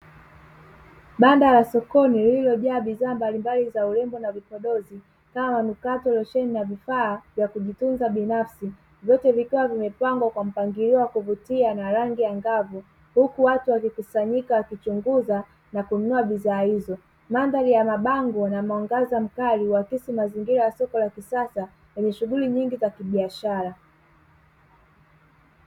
Banda la sokoni lililojaa bidhaa mbalimbali za urembo na vipodozi, kama manukato losheni na vifaa vya kujitunza binafsi, vyote vikawa vimepangwa kwa mpangilio wa kuvutia na rangi ya angavu; huku watu wakikusanyika wakichunguza na kununua bidhaa hizo. Mandhari ya mabango na mwangaza mkali, huakisi mazingira ya soko la kisasa lenye shughuli nyingi za kibiashara.